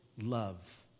love